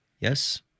Yes